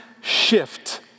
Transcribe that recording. shift